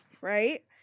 right